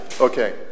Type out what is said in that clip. Okay